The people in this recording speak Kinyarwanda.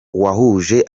wahuje